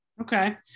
Okay